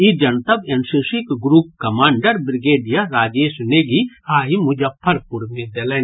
ई जनतब एनसीसीक group commander brigadier Rajesh Negi आइ मुजफ्फरपुर मे देलनि